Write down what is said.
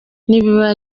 nibiba